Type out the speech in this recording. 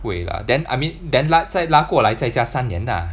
不会 lah then I mean 拉在拉过来再加三年 lah